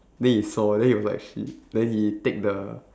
then he saw then he was like shit then he take the